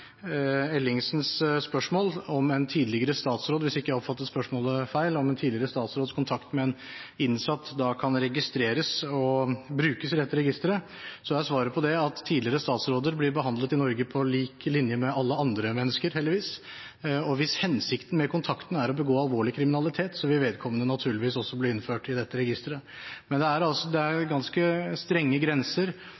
Ellingsens spørsmål om en tidligere statsråds – hvis ikke jeg oppfattet spørsmålet feil – kontakt med en innsatt kan registreres og brukes i dette registeret, er svaret på det at tidligere statsråder i Norge blir behandlet på lik linje med alle andre mennesker, heldigvis. Hvis hensikten med kontakten er å begå alvorlig kriminalitet, vil vedkommende naturligvis også bli innført i dette registeret. Men det er ganske strenge grenser for hva som skal til for at en skal bli registrert i registeret, og det